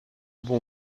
bon